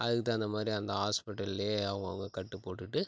அதுக்குத் தகுந்த மாதிரி அந்த ஹாஸ்பிட்டல்லயே அவங்கவுங்க கட்டுப் போட்டுவிட்டு